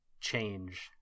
change